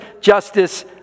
justice